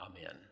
Amen